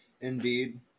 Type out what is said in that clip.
Indeed